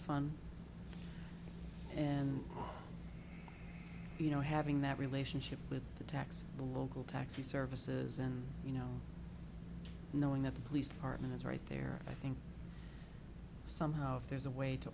fun and you know having that relationship with the tax the local taxi services and you know knowing that the police department is right there i think somehow if there's a way to